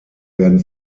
werden